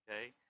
Okay